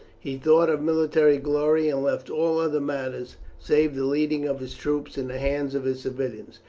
he thought of military glory, and left all other matters, save the leading of his troops, in the hands of his civilians.